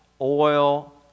oil